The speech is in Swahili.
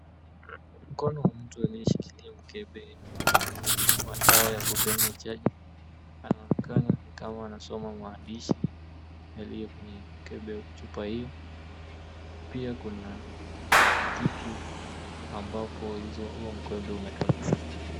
Mkono wa mtu anayeshikilia mkebe wa dawa ya kupeana chanjo. Anaonekana ni kama anasoma maandishi yaliyo kwenye chupa hiyo. Pia kuna kitu ambapo huo mkebe umetoka.